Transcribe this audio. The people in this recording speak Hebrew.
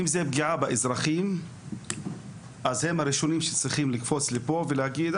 אם זה פגיעה באזרחים אז הם הראשונים שצריכים לקפוץ לפה ולהגיד,